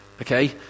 Okay